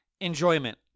Enjoyment